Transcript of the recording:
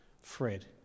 Fred